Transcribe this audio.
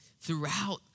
Throughout